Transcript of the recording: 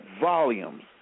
volumes